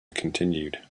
continued